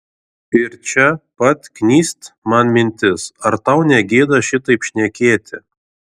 ir čia pat knyst man mintis ar tau negėda šitaip šnekėti